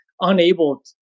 unable